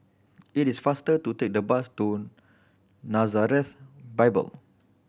it is faster to take the bus to Nazareth Bible